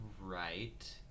right